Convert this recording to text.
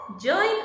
join